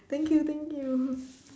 thank you thank you